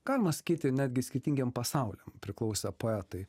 galima sakyti netgi skirtingiem pasauliam priklausę poetai